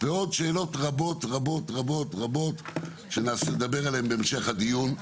ועוד שאלות רבות רבות רבות שנדבר עליהן בהמשך הדיון.